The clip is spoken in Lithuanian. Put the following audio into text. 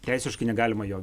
teisiškai negalima jo